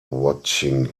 watching